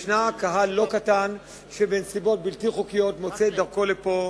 ישנו קהל לא קטן שבנסיבות לא חוקיות מוצא את דרכו לפה,